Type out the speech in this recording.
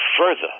further